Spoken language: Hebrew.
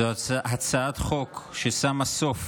זו הצעת חוק ששמה סוף